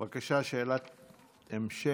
בבקשה, שאלת המשך.